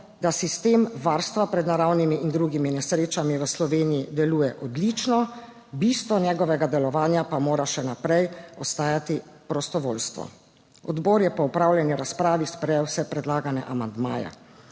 da sistem varstva pred naravnimi in drugimi nesrečami v Sloveniji deluje odlično, bistvo njegovega delovanja pa mora še naprej ostati prostovoljstvo. Odbor je po opravljeni razpravi sprejel vse predlagane amandmaje.